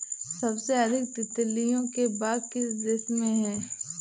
सबसे अधिक तितलियों के बाग किस देश में हैं?